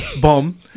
bomb